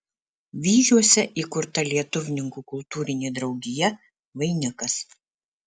vyžiuose įkurta lietuvininkų kultūrinė draugija vainikas